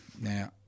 Now